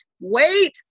wait